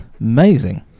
Amazing